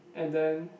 and then